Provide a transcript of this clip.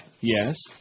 Yes